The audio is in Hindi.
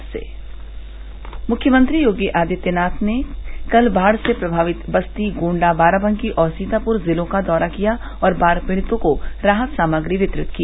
मुख्यमंत्री बाढ मुख्यमंत्री योगी आदित्यनाथ ने कल बाढ़ से प्रभावित बस्ती गोण्डा बाराबंकी और सीताप्र जिलों का दौरा किया और बाढ़ पीड़ितों को राहत सामग्री वितरित की